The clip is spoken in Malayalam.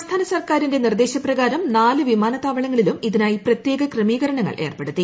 സംസ്ഥാന സർക്കാരിന്റെ നിർദേശപ്രകാരം നാല് വിമാനത്താവളങ്ങളിലും ഇതിനായി പ്രത്യേക ക്രമീകരണങ്ങൾ ഏർപ്പെടുത്തി